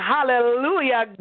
Hallelujah